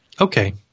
Okay